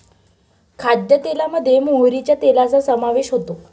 खाद्यतेलामध्ये मोहरीच्या तेलाचा समावेश होतो